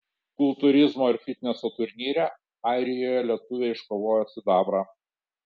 kultūrizmo ir fitneso turnyre airijoje lietuvė iškovojo sidabrą